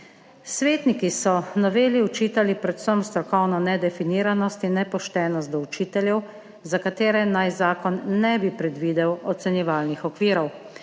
Svetniki so noveli očitali predvsem strokovno nedefiniranost in nepoštenost do učiteljev, za katere naj zakon ne bi predvidel ocenjevalnih okvirov,